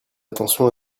attention